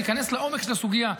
תיכנס לעומק של הסוגיה,